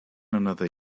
another